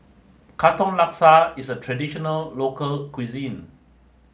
Katong Laksa is a traditional local cuisine